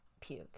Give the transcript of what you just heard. puke